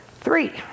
three